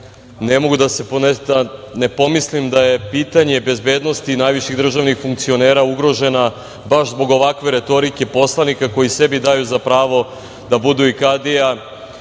ne mogu da ne pomislim da je pitanje bezbednosti najviših državnih funkcionera ugrožena, baš zbog ovakve retorike poslanika koji sebi daju za pravo da budu po